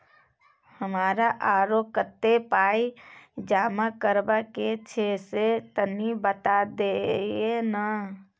हमरा आरो कत्ते पाई जमा करबा के छै से तनी बता दिय न?